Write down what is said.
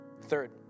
Third